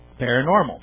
paranormal